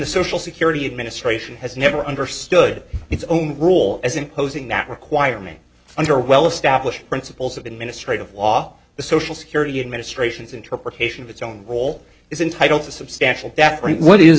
social security administration has never understood its own rule as imposing that requirement under well established principles of administrative law the social security administration's interpretation of its own role is entitled to substantial that